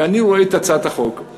ואני רואה את הצעת החוק,